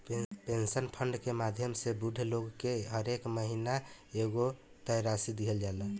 pension fund के माध्यम से बूढ़ लोग के हरेक महीना एगो तय राशि दीहल जाला